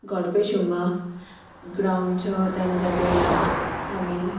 घरकै छेउमा ग्राउन्ड छ त्यहाँनिर गएर हामी